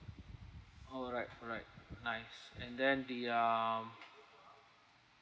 alright alright nice and then the um